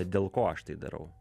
dėl ko aš tai darau